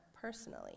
personally